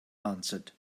answered